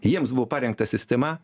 jiems buvo parengta sistema